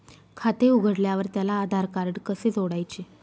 खाते उघडल्यावर त्याला आधारकार्ड कसे जोडायचे?